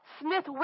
Smith